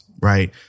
right